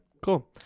cool